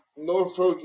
Norfolk